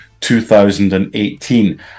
2018